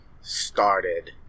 started